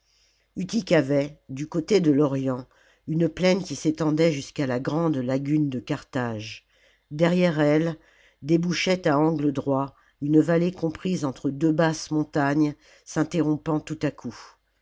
utique avait du coté de l'orient une plaine qui s'étendait jusqu'à la grande lagune de carthage derrière elle débouchait à angle droit une vallée comprise entre deux basses montagnes s'interrompant tout à coup